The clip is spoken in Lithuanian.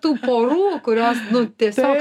tų porų kurios nu tiesiog